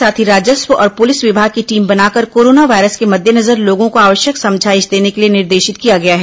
साथ ही राजस्व और पुलिस विभाग की टीम बनाकर कोरोना वायरस के मद्देजनर लोगों को आवश्यक समझाइश देने के लिए निर्देशित किया गया है